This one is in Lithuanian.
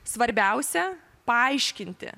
svarbiausia paaiškinti